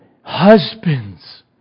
Husbands